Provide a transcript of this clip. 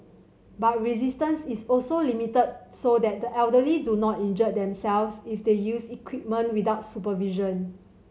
but resistance is also limited so that the elderly do not injure themselves if they use equipment without supervision